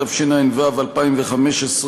התשע"ו 2015,